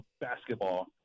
basketball